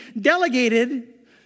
delegated